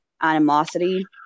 animosity